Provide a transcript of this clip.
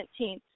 17th